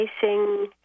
facing